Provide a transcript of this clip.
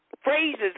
Phrases